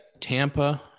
Tampa